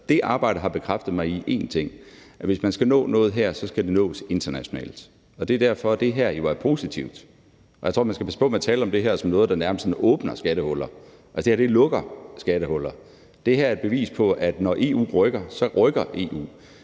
Det arbejde har bekræftet mig i én ting: at hvis man skal nå noget her, skal det nås internationalt. Det er derfor, det her jo er positivt. Jeg tror, man skal passe på med at tale om det her som noget, der nærmest sådan åbner skattehuller. Altså, det her lukker skattehuller. Det her er et bevis på, at når EU rykker, så rykker EU.